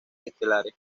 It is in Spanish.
estelares